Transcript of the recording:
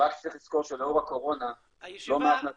רק צריך לזכור שלאור הקורונה לא מעט מה